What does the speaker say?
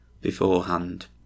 beforehand